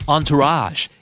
Entourage